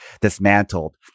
dismantled